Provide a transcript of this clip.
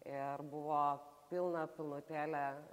ir buvo pilna pilnutėlė